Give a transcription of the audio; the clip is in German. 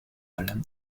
allem